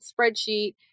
spreadsheet